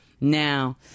now